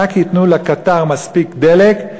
רק ייתנו לקטר מספיק דלק,